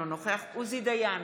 אינו נוכח עוזי דיין,